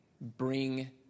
bring